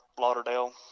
lauderdale